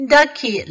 Ducky